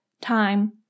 time